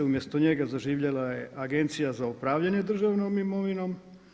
Umjesto njega zaživjela je Agencija za upravljanje državnom imovinom.